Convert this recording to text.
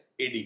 AD